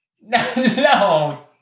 No